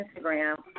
Instagram